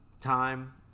time